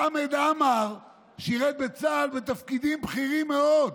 חמד עמאר שירת בצה"ל בתפקידים בכירים מאוד.